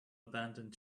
abandoned